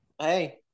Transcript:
hey